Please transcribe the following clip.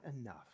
enough